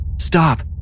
stop